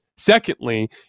Secondly